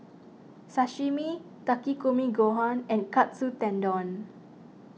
Sashimi Takikomi Gohan and Katsu Tendon